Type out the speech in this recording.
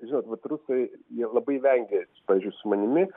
žinot vat rusai jie labai vengia pavyzdžiui su manimi